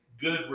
good